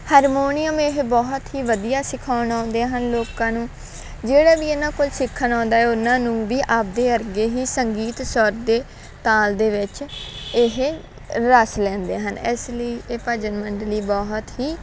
harmonium ਇਹ ਬਹੁਤ ਹੀ ਵਧੀਆ ਸਿਖਾਉਣ ਆਉਂਦੇ ਹਨ ਲੋਕਾਂ ਨੂੰ ਜਿਹੜਾ ਵੀ ਇਹਨਾਂ ਕੋਲ ਸਿੱਖਣ ਆਉਂਦਾ ਉਹਨਾਂ ਨੂੰ ਵੀ ਆਪਣੇ ਵਰਗੇ ਹੀ ਸੰਗੀਤ ਸੁਰ ਦੇ ਤਾਲ ਦੇ ਵਿੱਚ ਇਹ ਰਸ ਲੈਂਦੇ ਹਨ ਇਸ ਲਈ ਇਹ ਭਜਨ ਮੰਡਲੀ ਬਹੁਤ ਹੀ